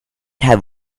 have